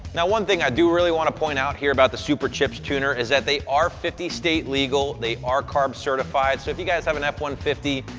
now one thing i do really want to point out here about the superchips tuner is that they are fifty state legal, they are carb-certified, so if you guys have an f one five